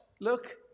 look